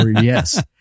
yes